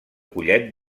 collet